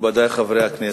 מכובדי חברי הכנסת,